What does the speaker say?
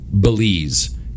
Belize